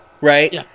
right